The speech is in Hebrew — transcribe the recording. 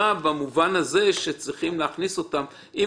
במובן הזה שצריכים להכניס אותם לתוך הסעיף,